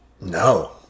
No